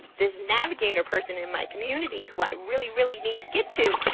this navigator person in my community who i really, really need to get to,